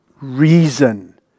reason